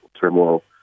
turmoil